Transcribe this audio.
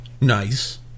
Nice